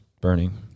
burning